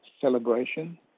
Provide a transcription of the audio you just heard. celebration